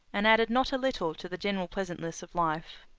and added not a little to the general pleasantness of life.